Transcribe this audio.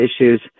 issues